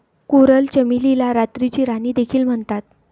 coral चमेलीला रात्रीची राणी देखील म्हणतात